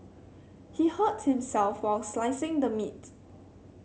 he hurt himself while slicing the meat